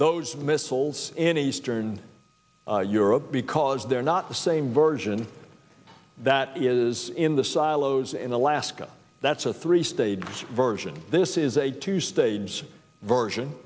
those missiles in eastern europe because they're not the same version that is in the silos in alaska that's a three stage version this is a two stage version